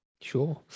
Sure